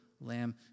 Lamb